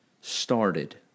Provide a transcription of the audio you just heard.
started